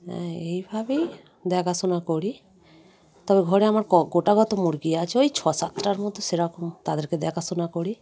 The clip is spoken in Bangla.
হ্যাঁ এভাবেই দেখাশোনা করি তবে ঘরে আমার ক গোটা কত মুরগি আছে ওই ছ সাতটার মতো সেরকম তাদেরকে দেখাশোনা করি